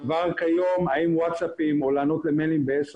כבר כיום האם ווטסאפים או לענות למיילים בעשר